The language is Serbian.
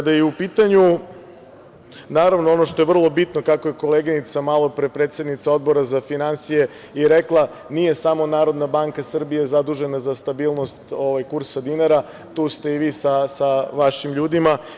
Naravno, ono što je vrlo bitno, kako je koleginica malopre, predsednica Odbora za finansije i rekla – nije samo NBS zadužena za stabilnost kursa dinara, tu ste i vi sa vašim ljudima.